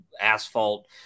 asphalt